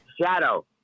shadow